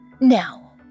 Now